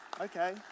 Okay